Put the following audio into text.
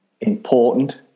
important